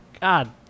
God